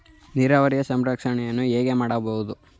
ನೀರಾವರಿಯ ಸಂರಕ್ಷಣೆಯನ್ನು ಹೇಗೆ ಮಾಡಬಹುದು?